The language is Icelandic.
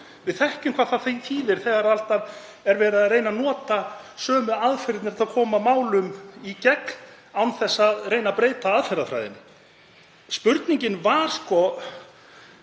Við þekkjum hvað það þýðir þegar alltaf er verið að reyna að nota sömu aðferðirnar til að koma málum í gegn án þess að breyta aðferðafræðinni. Spurningin var: